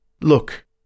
Look